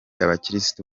abakirisitu